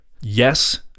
Yes